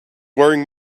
wearing